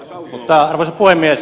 arvoisa puhemies